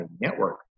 network